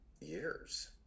years